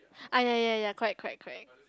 ah ya ya ya correct correct correct